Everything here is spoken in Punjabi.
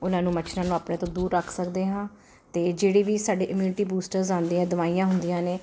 ਉਹਨਾਂ ਨੂੰ ਮੱਛਰਾਂ ਨੂੰ ਆਪਣੇ ਤੋਂ ਦੂਰ ਰੱਖ ਸਕਦੇ ਹਾਂ ਅਤੇ ਜਿਹੜੇ ਵੀ ਸਾਡੇ ਈਮਿਊਨਟੀ ਬੂਸਟਰਸ ਆਉਂਦੇ ਆ ਦਵਾਈਆਂ ਹੁੰਦੀਆਂ ਨੇ